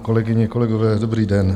Kolegyně, kolegové, dobrý den.